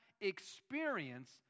experience